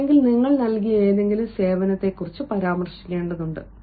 അല്ലെങ്കിൽ നിങ്ങൾ നൽകിയ ഏതെങ്കിലും സേവനത്തെക്കുറിച്ചും പരാമർശിക്കേണ്ടതുണ്ട്